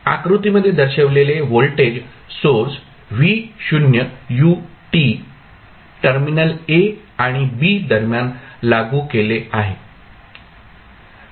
आकृतीमध्ये दर्शवलेले voltage source terminal a आणि b दरम्यान लागू केले आहे